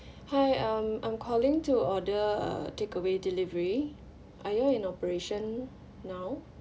hi um I'm calling to order uh takeaway delivery are you in operation now